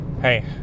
hey